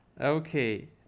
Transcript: Okay